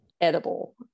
edible